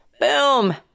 boom